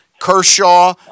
Kershaw